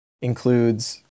includes